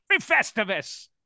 Festivus